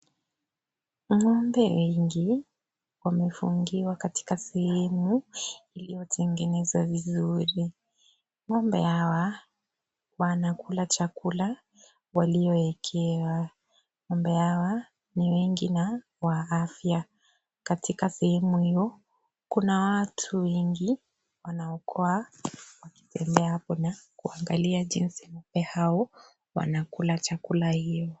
Ng'ombe wengi wamefungiwa katika sehemu iliyotengenezwa vizuri. Ng'ombe hawa wanakula chakula waliyoekewa. Ng`ombe hawa ni wengi na wa afya. Katika sehemu hiyo kuna watu wengi wanaokuwa wakitembea hapo na kuangalia jinsi ng`ombe hao wanakula chakula hiyo.